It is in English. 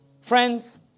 Friends